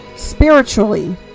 spiritually